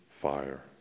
fire